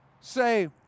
say